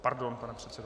Pardon, pane předsedo.